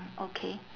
okay